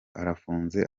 arafunze